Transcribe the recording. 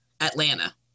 Atlanta